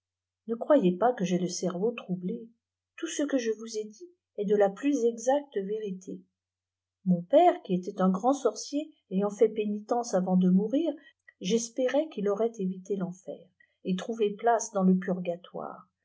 ne croyezpas que j'aie le cerveau troublé tout ce qiie je vetts i dri est de ta fi exaeite tériié mot père qui était un îftnd àorcier ayant fit pénitence avsnt de mourir j'espéraie tpîlk aurait évité l'enfer et trouvé pkbee dns le purgatoire